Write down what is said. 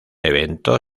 evento